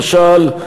למשל,